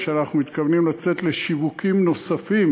שאנחנו מתכוונים לצאת לשיווקים נוספים,